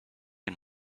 and